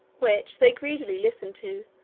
which they greedily listen to,